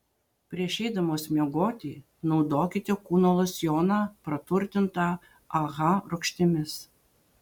prieš eidamos miegoti naudokite kūno losjoną praturtintą aha rūgštimis